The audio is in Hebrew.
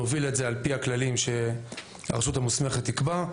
יובילו את זה על פי הכללים שהרשות המוסמכת תקבע,